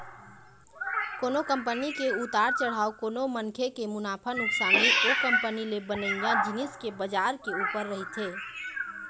कोनो कंपनी के उतार चढ़ाव कोनो मनखे के मुनाफा नुकसानी ओ कंपनी ले बनइया जिनिस के बजार के ऊपर रहिथे